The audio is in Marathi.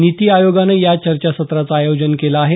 नीति आयोगानं या चर्चासत्राचं आयोजन केलं आहे